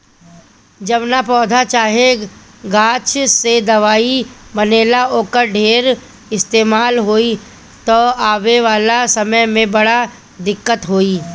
जवना पौधा चाहे गाछ से दवाई बनेला, ओकर ढेर इस्तेमाल होई त आवे वाला समय में बड़ा दिक्कत होई